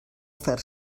fer